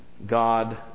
God